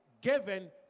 given